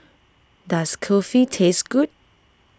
does Kulfi taste good